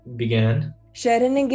began